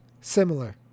similar